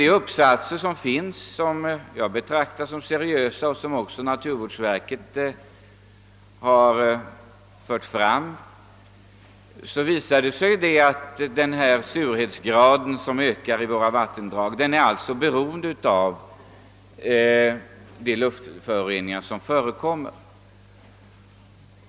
De uppsatser som skrivits — vilka jag betraktar som seriösa och vilka också naturvårdsverket förefaller sätta tilltro till — påvisar att den ökande surhetsgraden i våra vattendrag beror på de luftföroreningar som förekommer.